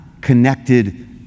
connected